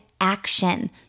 action